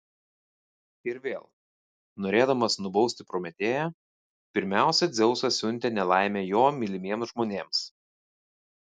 ir vėl norėdamas nubausti prometėją pirmiausia dzeusas siuntė nelaimę jo mylimiems žmonėms